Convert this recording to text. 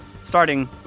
Starting